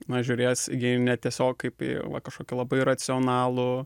na žiūrės į jį ne tiesiog kaip į va kažkokį labai racionalų